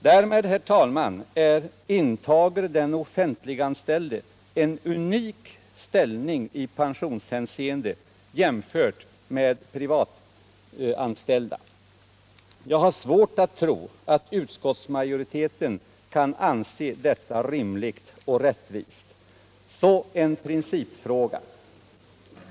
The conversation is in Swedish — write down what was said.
Därmed, herr talman, intar den offentliganställde en unik ställning i pensionshänseende, jämförd med den privatanställde. Jag har svårt att tro att utskottsmajoriteten kan anse detta rimligt och rättvist. Så till en principfråga.